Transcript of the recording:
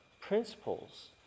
principles